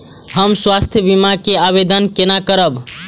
हम स्वास्थ्य बीमा के आवेदन केना करब?